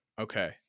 Okay